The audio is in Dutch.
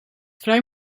vrij